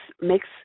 makes